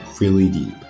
really deep.